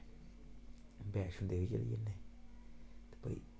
वैष्णो देवी दा होई जन्ने